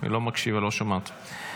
לא מקשיבה ולא שומעת.